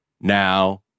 Now